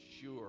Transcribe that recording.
sure